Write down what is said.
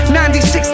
96